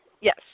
yes